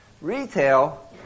Retail